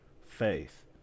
faith